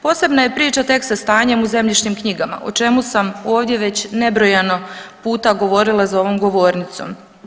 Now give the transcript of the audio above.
Posebna je priča tek sa stanjem u zemljišnim knjigama o čemu sam ovdje već nebrojano puta govorila za ovom govornicom.